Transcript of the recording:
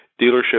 dealership